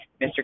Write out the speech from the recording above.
Mr